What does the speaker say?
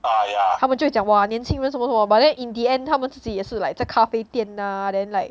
他们就会讲 !wah! 年轻人什么什么 but then in the end 他们自己也是 like 在咖啡店 ah then like